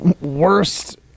worst